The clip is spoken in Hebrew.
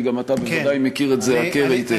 כי גם אתה בוודאי מכיר את זה הכר היטב.